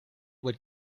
would